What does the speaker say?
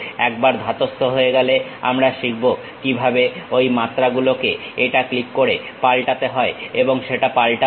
একবার ধাতস্থ হয়ে গেলে আমরা শিখব কিভাবে ঐ মাত্রাগুলোকে এটা ক্লিক করে পাল্টাতে হয় এবং সেটা পাল্টাবো